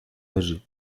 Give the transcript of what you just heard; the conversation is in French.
âgés